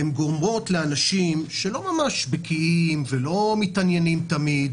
וגורמות לאנשים שלא ממש בקיאים ולא מתעניינים תמיד